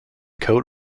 coat